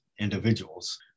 individuals